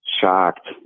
shocked